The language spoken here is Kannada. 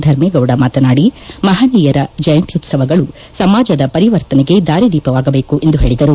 ಧರ್ಮೇಗೌಡ ಮಾತನಾಡಿ ಮಹನೀಯರ ಜಯಂತೋತ್ಲವಗಳು ಸಮಾಜದ ಪರಿವರ್ತನೆಗೆ ದಾರಿದೀಪವಾಗಬೇಕು ಎಂದು ಪೇಳಿದರು